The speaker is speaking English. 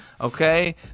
Okay